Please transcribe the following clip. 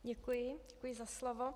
Děkuji za slovo.